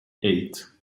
eight